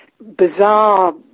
bizarre